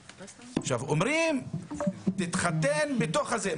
אומרים: תתחתן בתוך הזה.